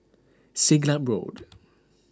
Siglap Road